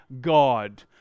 God